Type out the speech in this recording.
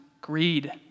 greed